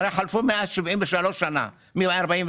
הרי חלפו מאז 73 שנה מ-49',